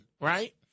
right